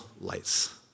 lights